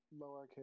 Lowercase